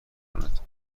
کند